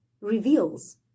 reveals